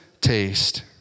taste